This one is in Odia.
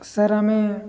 ସାର୍ ଆମେ